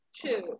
Two